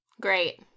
Great